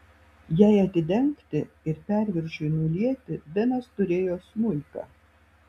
jai atidengti ir perviršiui nulieti benas turėjo smuiką